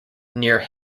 near